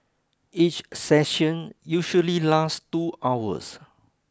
each session usually last two hours